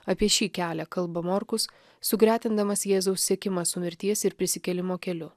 apie šį kelią kalba morkus sugretindamas jėzaus sekimą su mirties ir prisikėlimo keliu